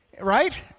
right